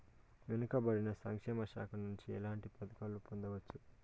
వెనుక పడిన సంక్షేమ శాఖ నుంచి ఎట్లాంటి పథకాలు పొందవచ్చు?